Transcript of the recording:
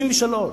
53,